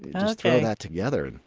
just throw that together.